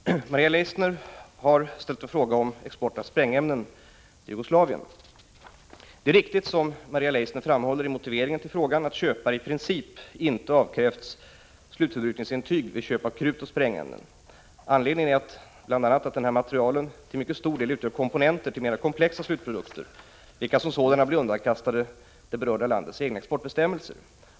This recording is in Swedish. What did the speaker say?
Herr talman! Mot bakgrund av uppgifter om att Jugoslavien avkrävts slutförbrukningsintyg vid köp av sprängämnen från Nobel Kemi har Maria Leissner frågat om regeringen misstänkte att det fanns risk för vidareexport eller om Jugoslavien av annan anledning behövde underteckna ett slutförbrukningsintyg. Det är riktigt som Maria Leissner framhåller i motiveringen till frågan, att köpare i princip inte avkrävts slutförbrukningsintyg vid köp av krutoch — Prot. 1985/86:33 sprängämnen. Anledningen är bl.a. att denna materiel till mycket stor del 21 november 1985 utgör komponenter till mera komplexa slutprodukter vilka som sådana blir. — HÅ underkastade det berörda landets egna exportbestämmelser.